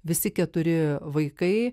visi keturi vaikai